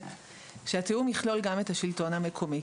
שהתיאום יכלול גם את השלטון המקומי.